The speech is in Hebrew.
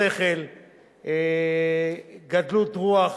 שכל וגדלות רוח